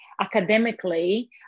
academically